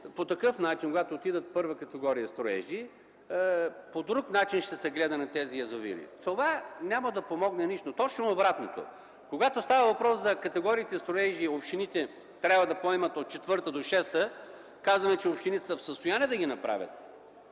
смята, че когато станат първа категория строежи, по друг начин ще се гледа на тях. Това няма да помогне с нищо – точно обратното. Когато става въпрос за категориите строежи и общините трябва да поемат от четвърта до шеста, казваме, че общините са в състояние да направят